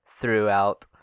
throughout